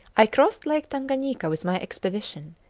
i crossed lake tanganyika with my expedition,